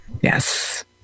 Yes